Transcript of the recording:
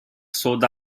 sold